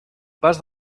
pas